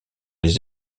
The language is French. les